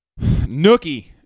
Nookie